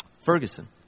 Ferguson